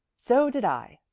so did i.